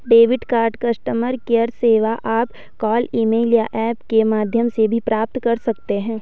debit card customer care सेवा आप call email या ऐप के माध्यम से भी प्राप्त कर सकते हैं